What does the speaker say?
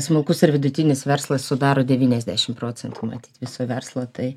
smulkus ir vidutinis verslas sudaro devyniasdešim procentų matyt viso verslo tai